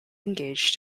engaged